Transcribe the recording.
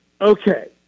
okay